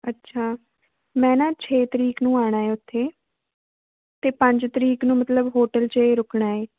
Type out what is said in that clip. ਅੱਛਾ ਮੈਂ ਨਾ ਛੇ ਤਰੀਕ ਨੂੰ ਆਉਣਾ ਹੈ ਉੱਥੇ ਅਤੇ ਪੰਜ ਤਰੀਕ ਨੂੰ ਮਤਲਬ ਹੋਟਲ 'ਚ ਹੀ ਰੁੱਕਣਾ ਹੈ